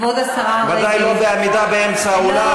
כבוד השרה רגב, ודאי לא בעמידה באמצע האולם.